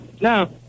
no